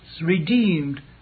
redeemed